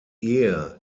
ehe